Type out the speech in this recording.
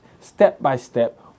step-by-step